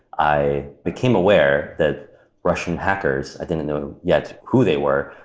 i became aware that russian hackers, i didn't know yet who they were,